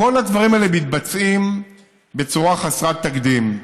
כל הדברים האלה מתבצעים בצורה חסרת תקדים.